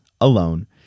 alone